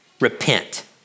Repent